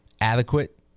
adequate